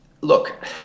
look